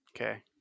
okay